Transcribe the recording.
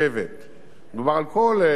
מדובר על כל הכביש שמוביל,